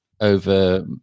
over